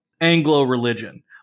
Anglo-religion